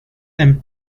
and